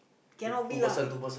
cannot be lah